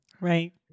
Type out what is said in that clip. right